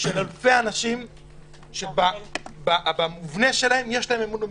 של אלפי אנשים שבמובנה שלהם יש להם אמון במשטרה.